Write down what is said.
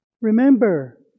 Remember